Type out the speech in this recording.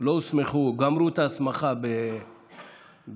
לא גמרו את ההסמכה באתיופיה,